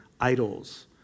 idols